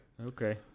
Okay